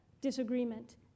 Disagreement